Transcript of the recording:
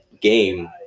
game